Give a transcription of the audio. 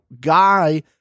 guy